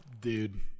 Dude